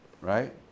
right